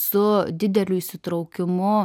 su dideliu įsitraukimu